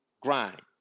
grind